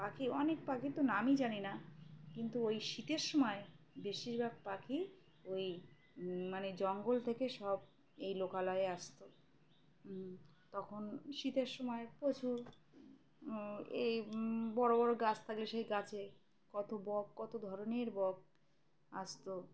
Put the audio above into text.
পাখি অনেক পাখি তো নামই জানি না কিন্তু ওই শীতের সময় বেশিরভাগ পাখি ওই মানে জঙ্গল থেকে সব এই লোকালয়ে আসতো তখন শীতের সময় প্রচুর এই বড়ো বড়ো গাছ থাকলে সেই গাছে কত বক কত ধরনের বক আসতো